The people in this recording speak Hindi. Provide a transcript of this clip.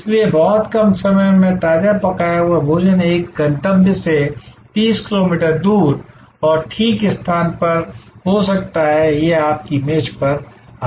इसलिए बहुत कम समय में ताजा पकाया हुआ भोजन एक गंतव्य से 30 किलोमीटर दूर और ठीक स्थान पर हो सकता है यह आपकी मेज पर आता है